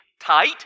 tight